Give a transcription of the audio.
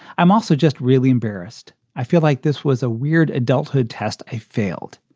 i'm also just really embarrassed. i feel like this was a weird adulthood test. a failed.